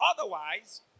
Otherwise